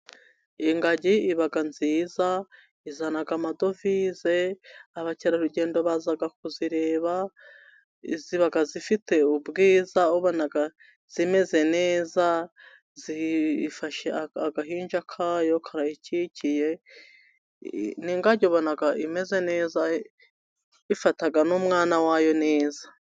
Ingagi iba nziza, izana amadovize. Abakerarugendo baza kuzireba, ziba zifite ubwiza, ubona zimeze neza. Ifashe agahinja kayo iragakikiye, n'ingagi ubona imeze neza, ifata n'umwana wayo neza.